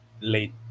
late